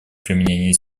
применение